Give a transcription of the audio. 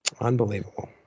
Unbelievable